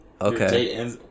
Okay